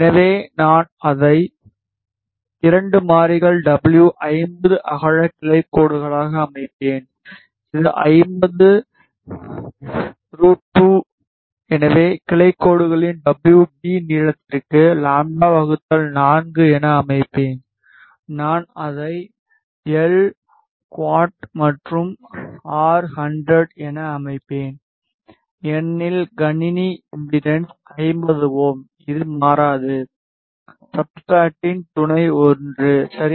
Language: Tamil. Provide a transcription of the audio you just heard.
எனவே நான் அதை 2 மாறிகள் டபுள்யூ 50 அகலக் கிளைக் கோடுகளாக அமைப்பேன் இது 50 √2 எனவே கிளைக் கோடுகளின் wb நீளத்திற்கு λ 4 என அமைப்பேன் நான் அதை எல் குவாட் மற்றும் ஆர் 100 என அமைப்பேன் ஏனெனில் கணினி இம்பெடன்ஸ் 50 Ω இது மாறாது சப்ஸ்ட்ராடின் துணை 1 சரி